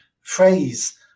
phrase